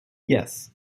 yes